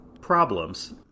problems